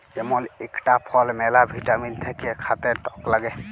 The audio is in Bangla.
ইমল ইকটা ফল ম্যালা ভিটামিল থাক্যে খাতে টক লাগ্যে